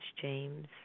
James